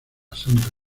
santa